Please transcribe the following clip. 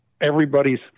everybody's